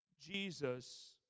Jesus